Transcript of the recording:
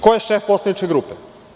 Ko je šef poslaničke grupe?